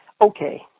okay